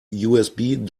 usb